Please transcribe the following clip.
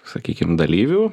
sakykim dalyvių